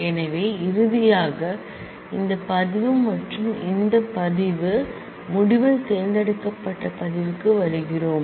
எனவே இறுதியாக இந்த ரெக்கார்ட் மற்றும் இந்த ரெக்கார்ட் r α α 1 7 β β 23 10 முடிவில் தேர்ந்தெடுக்கப்பட்ட ரெக்கார்ட் க்கு வருகிறோம்